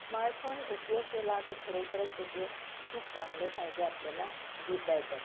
smartphone उपयोग केला तर खरोखरच त्याचे खूप चांगले फायदे आपल्याला घेता येतात